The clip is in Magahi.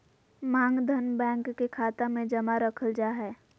मांग धन, बैंक के खाता मे जमा रखल जा हय